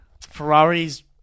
Ferrari's